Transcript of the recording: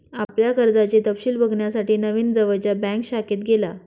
आपल्या कर्जाचे तपशिल बघण्यासाठी नवीन जवळच्या बँक शाखेत गेला